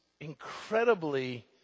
incredibly